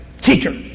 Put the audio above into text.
Teacher